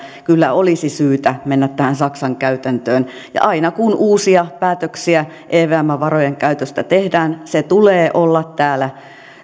kyllä olisi syytä mennä tähän saksan käytäntöön ja aina kun uusia päätöksiä evmn varojen käytöstä tehdään sen tulee olla täällä